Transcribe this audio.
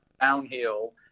downhill